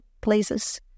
places